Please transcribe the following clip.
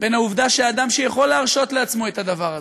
בין העובדה שאדם שיכול להרשות לעצמו את הדבר הזה,